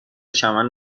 چمن